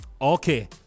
Okay